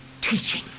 teaching